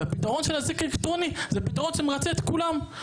והפתרון של האזיק האלקטרוני זה פתרון שמרצה את כולם.